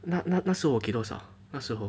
eh 那那那时候我给多少 uh 那时候